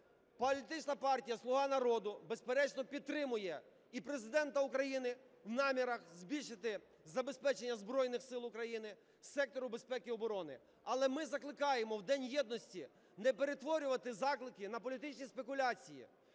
Політична партія "Слуга народу", безперечно, підтримує Президента України в намірах збільшити забезпечення Збройних Сил України, сектору безпеки і оборони. Але ми закликаємо в День єдності не перетворювати заклики на політичні спекуляції.